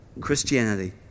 Christianity